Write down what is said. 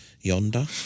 yonder